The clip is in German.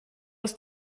ist